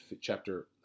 chapter